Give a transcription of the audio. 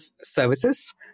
services